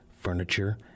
furniture